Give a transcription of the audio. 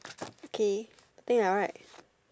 okay the thing are right